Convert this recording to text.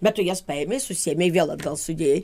bet tu jas paėmei susėmei vėl atgal sudėjai